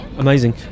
Amazing